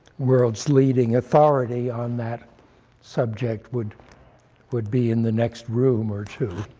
world's leading authority on that subject would would be in the next room or two.